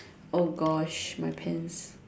oh gosh my pants